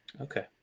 Okay